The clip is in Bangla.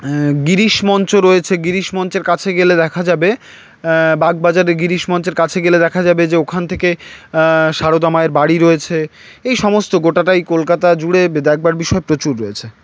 গিরিশ মঞ্চ রয়েছে গিরিশ মঞ্চের কাছে গেলে দেখা যাবে বাগবাজারে গিরিশ মঞ্চের কাছে গেলে দেখা যাবে যে ওখান থেকে সারদামায়ের বাড়ি রয়েছে এই সমস্ত গোটাটাই কলকাতা জুড়ে দেখবার বিষয় প্রচুর রয়েছে